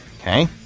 Okay